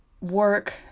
work